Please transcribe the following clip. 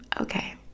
okay